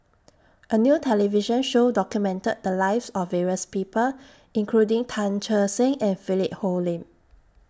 A New television Show documented The Lives of various People including Tan Che Sang and Philip Hoalim